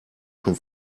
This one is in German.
schon